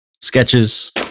Sketches